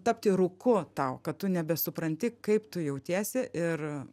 tapti ruku tau kad tu nebesupranti kaip tu jautiesi ir